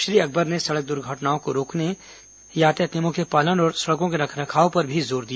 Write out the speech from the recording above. श्री अकबर ने सड़क दुर्घटनाओं को रोकने यातायात नियमों के पालन और सड़कों के रखरखाव पर भी जोर दिया